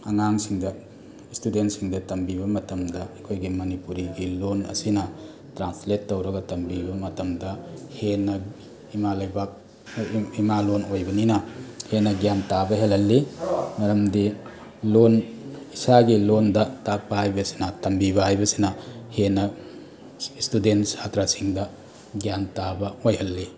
ꯑꯉꯥꯡꯁꯤꯡꯗ ꯏꯁꯇꯨꯗꯦꯟꯁꯤꯡꯗ ꯇꯝꯕꯤꯕ ꯃꯇꯝꯗ ꯑꯩꯈꯣꯏꯒꯤ ꯃꯅꯤꯄꯨꯔꯤꯒꯤ ꯂꯣꯟ ꯑꯁꯤꯅ ꯇ꯭ꯔꯥꯟꯁꯂꯦꯠ ꯇꯧꯔꯒ ꯇꯝꯕꯤꯕ ꯃꯇꯝꯗ ꯍꯦꯟꯅ ꯏꯃꯥ ꯂꯩꯕꯥꯛ ꯏꯃꯥ ꯂꯣꯟ ꯑꯣꯏꯕꯅꯤꯅ ꯍꯦꯟꯅ ꯒ꯭ꯌꯥꯟ ꯇꯥꯕ ꯍꯦꯜꯂꯜꯂꯤ ꯃꯔꯝꯗꯤ ꯂꯣꯟ ꯏꯁꯥꯒꯤ ꯂꯣꯟꯗ ꯇꯥꯛꯄ ꯍꯥꯏꯕꯁꯤꯅ ꯇꯝꯕꯤꯕ ꯍꯥꯏꯕꯁꯤꯅ ꯍꯦꯟꯅ ꯏꯁꯇꯨꯗꯦꯟ ꯁꯥꯇ꯭ꯔꯁꯤꯡꯗ ꯒ꯭ꯌꯥꯟ ꯇꯥꯕ ꯑꯣꯏꯍꯜꯂꯤ